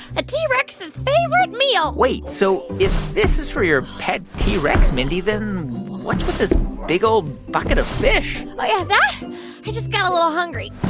a t. rex's favorite meal wait. so if this is for your pet t. rex, mindy, then what's with this big, old bucket of fish? oh, yeah. that? i just got a little hungry.